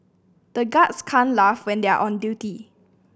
the guards can't laugh when they are on duty